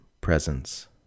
presence